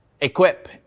equip